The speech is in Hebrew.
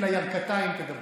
לכי לירכתיים, תדברי.